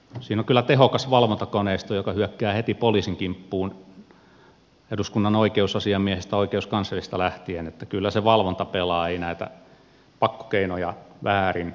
siinä on kyllä tehokas valvontakoneisto joka hyökkää heti poliisin kimppuun eduskunnan oikeusasiamiehestä oikeuskanslerista lähtien eli kyllä se valvonta pelaa ei näitä pakkokeinoja väärin käytetä